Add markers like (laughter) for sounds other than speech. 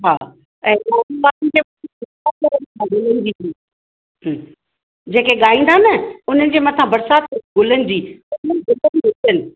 हा ऐं ॿियो (unintelligible) जेके ॻाईंदा न हुन जे मथां बरसाति गुलनि जी जंहिंमें गुल बि हुजनि